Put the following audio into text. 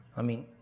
i mean,